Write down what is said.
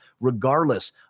regardless